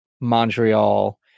Montreal